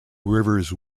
rivers